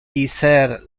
dicer